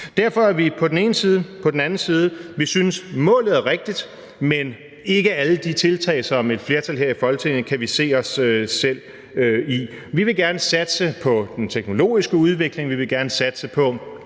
Derfor er vi på den ene side og på den anden side; vi synes, at målet er rigtigt, men det er ikke alle de tiltag, som et flertal her i Folketinget støtter, som vi kan se os selv i. Vi vil gerne satse på den teknologiske udvikling. Vi vil gerne satse på